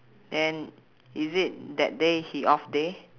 and is it that day he off day